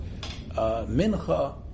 Mincha